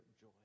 joy